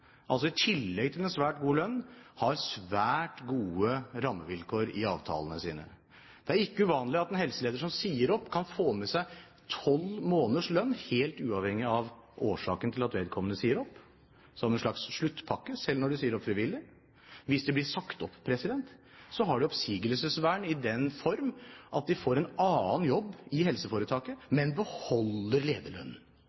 i tillegg til en svært god lønn, har svært gode rammevilkår i avtalene sine. Det er ikke uvanlig at en helseleder som sier opp, kan få med seg tolv måneders lønn, helt uavhengig av årsaken til at vedkommende sier opp, som en slags sluttpakke, selv når de sier opp frivillig. Hvis de blir sagt opp, har de oppsigelsesvern i den form at de får en annen jobb i helseforetaket,